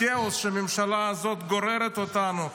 הכאוס שהממשלה הזאת גוררת אותנו אליו,